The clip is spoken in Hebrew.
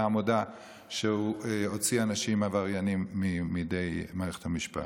שפעם הודה שהוא הוציא אנשים עבריינים מידי מערכת המשפט